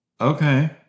Okay